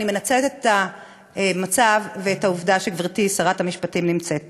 ואני מנצלת את המצב ואת העובדה שגברתי שרת המשפטים נמצאת פה: